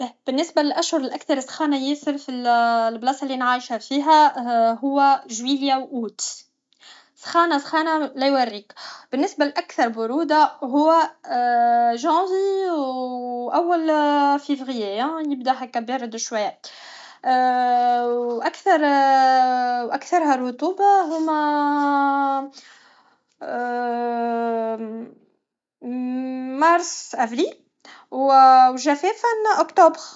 باهي بالنسبه للاشهر الأكثر سخانه ياسر فلبلاصه لي انا عايش فيها هو جويليه واوت سخانه سخانه لا يوريك بالنسبه لاكثر بروده هو جانفي و اول فيفريي يبدا هك بارد شويه و اكثر و اكثرها رطوبه هما مارس افريل و جفافا أكتوبر